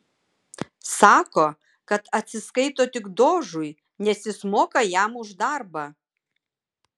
sako kad atsiskaito tik dožui nes jis moka jam už darbą